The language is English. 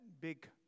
big